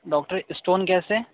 doctor stone कैसे